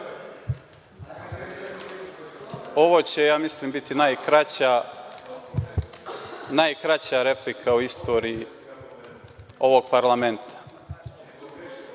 Ovo će, ja mislim, biti najkraća replika u istoriji ovog parlamenta.(Saša